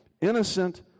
innocent